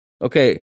Okay